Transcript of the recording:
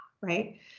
right